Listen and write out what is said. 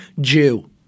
Jew